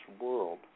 world